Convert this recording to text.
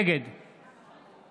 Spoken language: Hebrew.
נגד